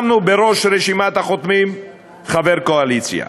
שמנו בראש רשימת החותמים חבר קואליציה.